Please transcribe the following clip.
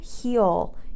heal